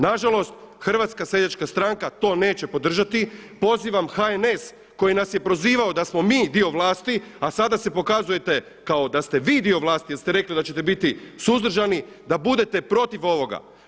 Na žalost, Hrvatska seljačka stranka to neće podržati, pozivam HNS koji nas je prozivao da smo mi dio vlasti, a sada se pokazujete kao da ste vi dio vlasti jer ste rekli da ćete biti suzdržani, da budete protiv ovoga!